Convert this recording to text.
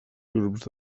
grups